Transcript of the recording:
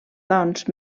doncs